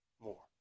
more